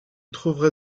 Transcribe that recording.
trouverez